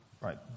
Right